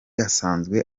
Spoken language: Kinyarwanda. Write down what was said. asanzwe